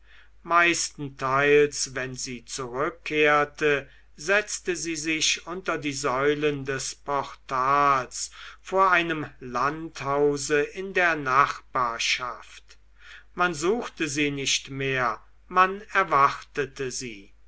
meistenteils wenn sie zurückkehrte setzte sie sich unter die säulen des portals vor einem landhause in der nachbarschaft man suchte sie nicht mehr man erwartete sie